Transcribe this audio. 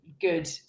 good